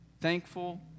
thankful